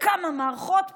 בכמה מערכות בחירות,